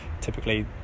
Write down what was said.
Typically